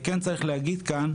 וכן צריך להגיד כאן,